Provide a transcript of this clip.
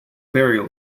burial